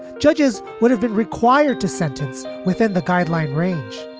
judges would have been required to sentence within the guideline range.